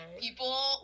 People